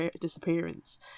disappearance